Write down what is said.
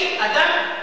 אני אומר לך,